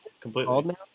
completely